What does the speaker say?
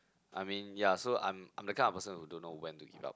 I mean ya so I'm I'm the kind of person who don't know when to give up